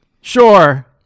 Sure